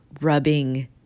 rubbing